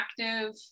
active